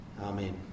Amen